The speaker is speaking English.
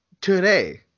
today